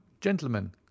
gentlemen